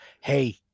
Hey